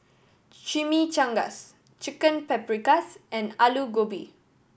Chimichangas Chicken Paprikas and Alu Gobi